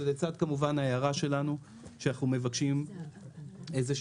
זה כמובן לצד ההערה שלנו שאנחנו מבקשים איזושהי